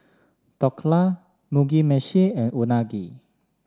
Dhokla Mugi Meshi and Unagi